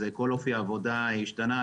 כל אופי העבודה השתנה.